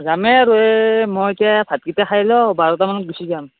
যামেই আৰু এই মই এতিয়া ভাতকেইটা খাই লওঁ বাৰটা মানত গুচি যাম